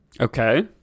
Okay